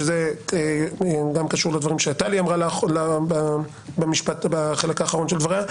שזה גם קשור לדברים שטלי אמרה בחלק האחרון של דבריה.